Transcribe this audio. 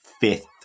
fifth